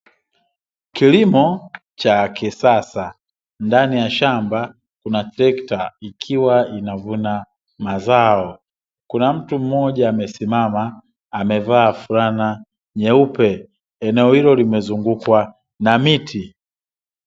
Kilimo cha kisasa, ndani ya shamba kuna trekta ikiwa inavuna mazao, kuna mtu mmoja amesimama amevaa fulana nyeupe, eneo hilo limezungukwa na miti.